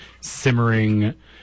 simmering